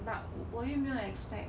but 我又没有 expect